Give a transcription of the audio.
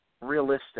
realistic